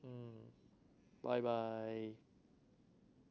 mm bye bye